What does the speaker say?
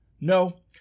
No